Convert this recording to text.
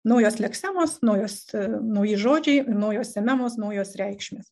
naujos leksemos naujos nauji žodžiai naujos sememos naujos reikšmės